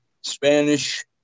Spanish